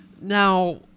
now